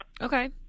Okay